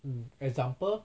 mm example